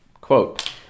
Quote